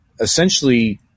essentially